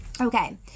Okay